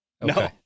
no